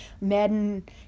Madden